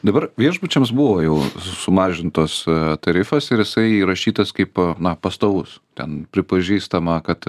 dabar viešbučiams buvo jau sumažintas tarifas ir jisai įrašytas kaip na pastovus ten pripažįstama kad